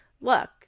look